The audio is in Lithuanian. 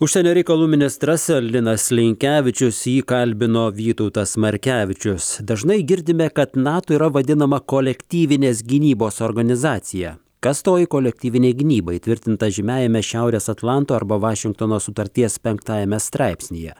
užsienio reikalų ministras linas linkevičius jį kalbino vytautas markevičius dažnai girdime kad nato yra vadinama kolektyvinės gynybos organizacija kas toji kolektyvinė gynyba įtvirtinta žymiajame šiaurės atlanto arba vašingtono sutarties penktajame straipsnyje